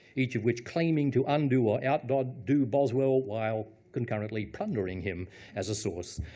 each of which claiming to undo or outdo outdo boswell, while concurrently plundering him as a source.